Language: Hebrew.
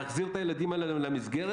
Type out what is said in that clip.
להחזיר את הילדים האלה למסגרת.